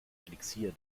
elixier